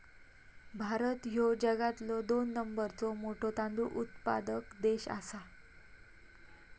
भारत ह्यो जगातलो दोन नंबरचो मोठो तांदूळ उत्पादक देश आसा